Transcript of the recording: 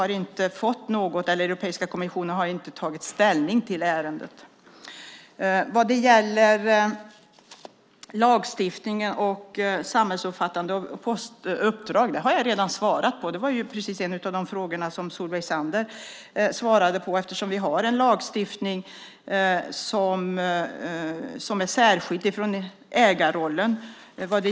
Europeiska kommissionen har inte tagit ställning till ärendet. Vad gäller frågan om lagstiftningen och samhällsomfattande uppdrag har jag redan svarat på den. Det var ju precis en av de frågor som Solveig Zander svarade på. Vi har en lagstiftning där samhällsuppdraget är särskilt från ägarrollen.